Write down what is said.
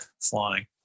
flying